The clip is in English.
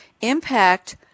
impact